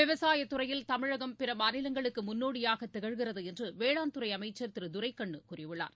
விவசாயத் துறையில் தமிழகம் பிற மாநிலங்களுக்கு முன்னோடியாக திகழ்கிறது என்று வேளாண் துறை அமைச்சர் திரு துரைக்கண்ணு கூறியுள்ளார்